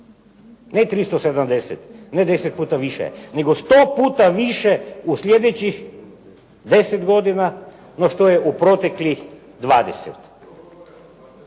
ne 370, ne deset puta više nego sto puta više u slijedećih deset godina no što je u proteklih